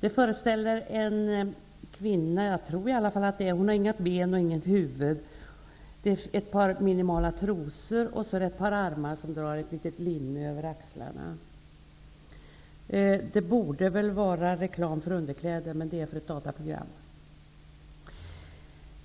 Den föreställer en kvinna, tror jag i alla fall. Hon har inga ben och inget huvud. Hon har ett par minimala trosor och ett par armar som drar ett litet linne över axlarna. Det borde väl vara reklam för underkläder, men det är reklam för ett dataprogram.